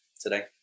today